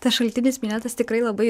tas šaltinis minėtas tikrai labai